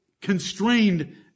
constrained